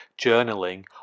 journaling